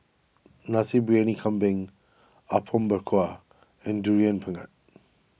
Nasi Biyani Kambing Apom Berkuah and Durian Pengat